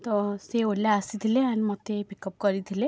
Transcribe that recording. ତ ସେ ଓଲା ଆସିଥିଲେ ଏଣ୍ଡ୍ ମୋତେ ପିକ୍ଅପ୍ କରିଥିଲେ